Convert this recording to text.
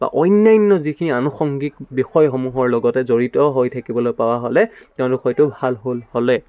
বা অন্যান্য যিখিনি আনুষংগিক বিষয়সমূহৰ লগতে জড়িত হৈ থাকিবলৈ পোৱা হ'লে তেওঁ ভাল হ'ল হ'লে